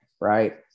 right